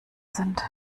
sind